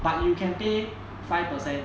but you can pay five percent